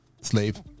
slave